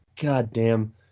goddamn